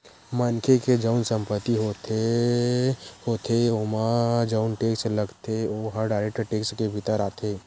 मनखे के जउन संपत्ति होथे होथे ओमा जउन टेक्स लगथे ओहा डायरेक्ट टेक्स के भीतर आथे